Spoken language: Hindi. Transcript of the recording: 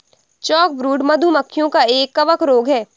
चॉकब्रूड, मधु मक्खियों का एक कवक रोग है